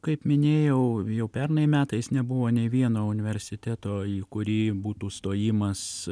kaip minėjau jau pernai metais nebuvo nei vieno universiteto į kurį būtų stojimas